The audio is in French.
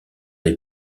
les